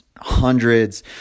Hundreds